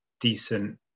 decent